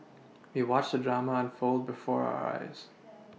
we watched the drama unfold before our eyes